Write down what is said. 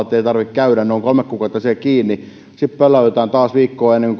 käydä ne ovat kolme kuukautta siellä kiinni sitten pölläytetään taas viikkoa ennen